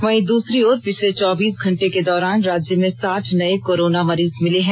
वहीं दूसरी ओर पिछले चौबीस घंटे के दौरान राज्य में साठ नए कोरोना मरीज मिले हैं